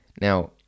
Now